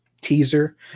teaser